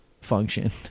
function